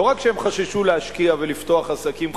לא רק שהם חששו להשקיע ולפתוח עסקים חדשים,